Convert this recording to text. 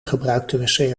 gebruikten